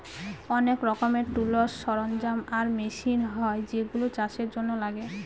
অনেক রকমের টুলস, সরঞ্জাম আর মেশিন হয় যেগুলা চাষের জন্য লাগে